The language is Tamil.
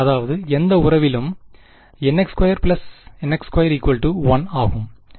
அதாவது எந்த உறவிலும் nx2nx2 1 ஆகும்